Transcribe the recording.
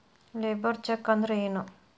Labour check ಅಂದ್ರ ಏನು?